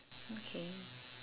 okay